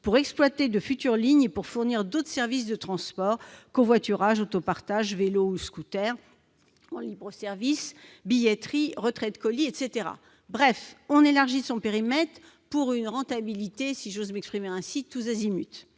pouvoir exploiter de futures lignes et fournir d'autres services de transport- covoiturage, autopartage, vélos ou scooters en libre-service, billetterie, retrait de colis, etc. Bref, on élargit son périmètre pour une rentabilité tous azimuts, si j'ose m'exprimer ainsi. Pour l'heure,